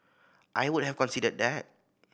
I would have considered that